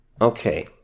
Okay